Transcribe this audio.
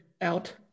out